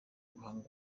ubuhanga